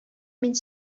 мин